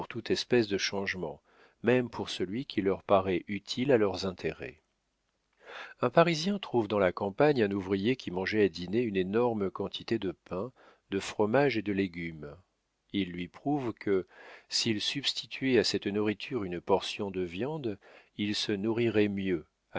toute espèce de changement même pour celui qui leur paraît utile à leurs intérêts un parisien trouve dans la campagne un ouvrier qui mangeait à dîner une énorme quantité de pain de fromage et de légumes il lui prouve que s'il substituait à cette nourriture une portion de viande il se nourrirait mieux